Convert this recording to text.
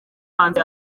hanze